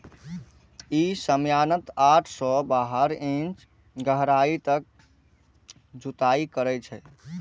ई सामान्यतः आठ सं बारह इंच गहराइ तक जुताइ करै छै